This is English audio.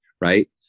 right